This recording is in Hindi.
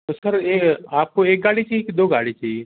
तो सर ये आपको एक गाड़ी चाहिए कि दो गाड़ी चाहिए